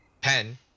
Pen